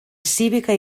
cívica